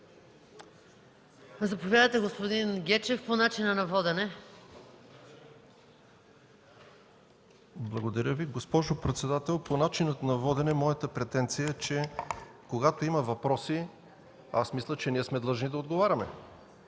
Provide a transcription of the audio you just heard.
Заповядайте, господин Гечев, по начина на водене. РУМЕН ГЕЧЕВ (КБ): Благодаря Ви. Госпожо председател, по начина на водене моята претенция е, че когато има въпроси, мисля, че сме длъжни да отговаряме.